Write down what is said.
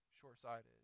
short-sighted